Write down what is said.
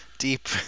deep